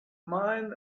mine